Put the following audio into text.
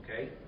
okay